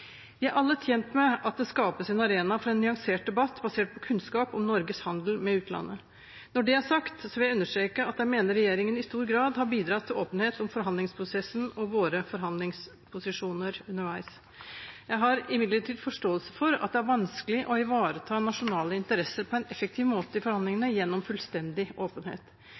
Vi er alle tjent med at det skapes en arena for en nyansert debatt basert på kunnskap om Norges handel med utlandet. Når det er sagt, vil jeg understreke at jeg mener regjeringen i stor grad har bidratt til åpenhet om forhandlingsprosessen og våre forhandlingsposisjoner underveis. Jeg har imidlertid forståelse for at det er vanskelig å ivareta nasjonale interesser på en effektiv måte i forhandlingene gjennom fullstendig åpenhet.